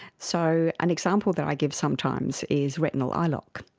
so an example that i give sometimes is retinal eye-lock,